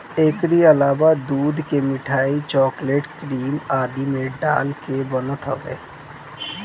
एकरी अलावा दूध के मिठाई, चोकलेट, क्रीम आदि में डाल के बनत हवे